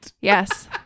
Yes